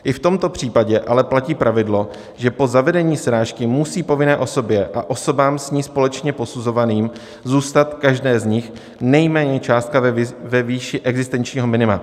I v tomto případě ale platí pravidlo, že po zavedení srážky musí povinné osobě a osobám s ní společně posuzovaným zůstat každé z nich nejméně částka ve výši existenčního minima.